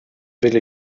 will